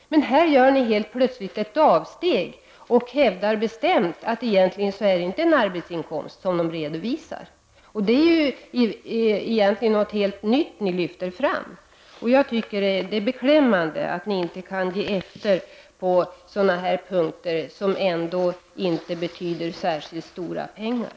Men här gör ni helt plötsligt ett avsteg och hävdar bestämt att det egentligen inte är en arbetsinkomst som de redovisar. Det är något helt nytt som ni lyfter fram. Det är beklämmande att ni inte kan ge efter på sådana här punkter, där det inte är fråga om särskilt mycket pengar.